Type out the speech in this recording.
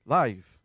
life